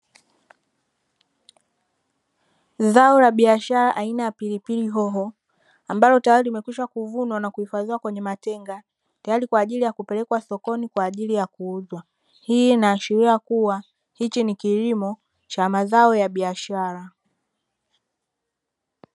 Zao la biashara aina ya pilipili hoho ambalo tayari limekwisha kuvunwa na kuhifadhiwa kwenye matenga, tayari kwa ajili ya kupelekwa sokoni kwa ajili ya kuuzwa. Hii inaashiria kuwa hichi ni kilimo cha mazao ya biashara.